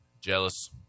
Jealous